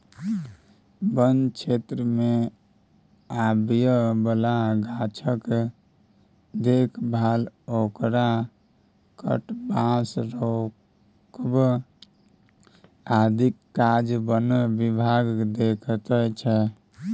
बन क्षेत्रमे आबय बला गाछक देखभाल ओकरा कटबासँ रोकब आदिक काज बन विभाग देखैत छै